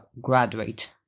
graduate